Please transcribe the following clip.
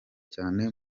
cyane